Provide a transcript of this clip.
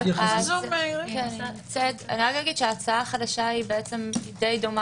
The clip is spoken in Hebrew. ההצעה החדשה כי דומה